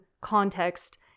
context